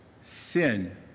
sin